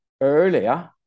earlier